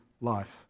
life